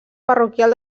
parroquial